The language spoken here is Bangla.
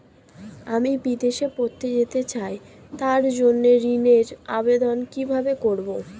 আমি বিদেশে পড়তে যেতে চাই তার জন্য ঋণের আবেদন কিভাবে করব?